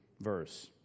verse